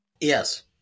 Yes